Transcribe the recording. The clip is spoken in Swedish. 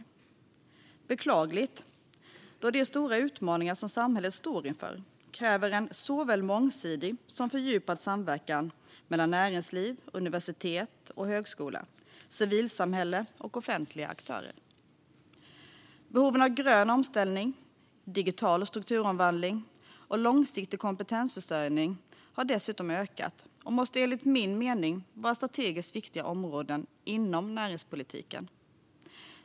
Det är beklagligt, då de stora utmaningar som samhället står inför kräver en såväl mångsidig som fördjupad samverkan mellan näringsliv, universitet och högskola, civilsamhälle och offentliga aktörer. Behoven av grön omställning, digital strukturomvandling och långsiktig kompetensförsörjning har dessutom ökat och måste enligt min mening vara strategiskt viktiga områden inom näringspolitiken.